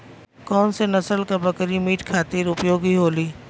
कौन से नसल क बकरी मीट खातिर उपयोग होली?